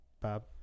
Bob